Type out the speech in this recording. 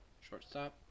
Shortstop